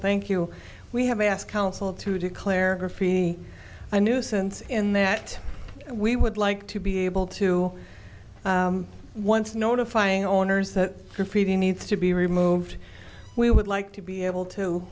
thank you we have asked council to declare a nuisance in that we would like to be able to once notifying owners that are feeding needs to be removed we would like to be able to